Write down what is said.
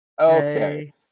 Okay